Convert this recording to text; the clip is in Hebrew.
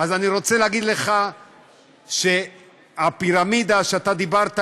אז אני רוצה להזכיר שהפירמידה שאתה דיברת עליה,